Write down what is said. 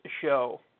show